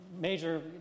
major